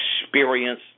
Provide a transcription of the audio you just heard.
Experience